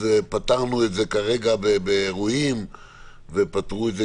פתרנו את זה כרגע באירועים ופתרו את זה